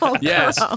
yes